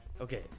Okay